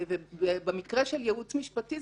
במקרה של ייעוץ משפטי,